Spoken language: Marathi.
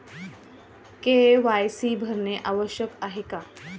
के.वाय.सी भरणे आवश्यक आहे का?